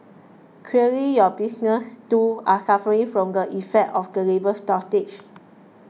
clearly your businesses too are suffering from the effects of the labours shortage